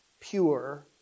pure